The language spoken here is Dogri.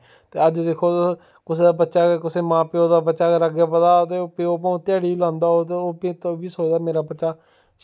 ते अज्ज दिक्खो तुस कुसे दा बच्चा अगर कुसै मा प्यो दा बच्चा अगर अग्गें बधदा ते ओह् फ्ही भामें ध्याड़ी बी लांदा होग ते ओह् बी सोचदा मेरा बच्चा